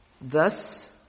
thus